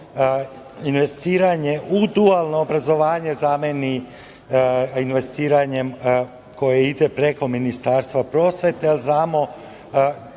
investiranje u dualno obrazovanje zameni investiranjem koje ide preko Ministarstva prosvete, a ne